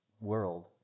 world